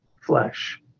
flesh